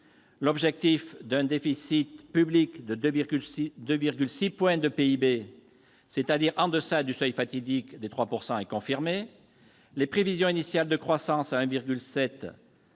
L'objectif d'un déficit public à 2,6 points du PIB, c'est-à-dire en deçà du seuil fatidique des 3 %, est confirmé. Les prévisions initiales de croissance à 1,7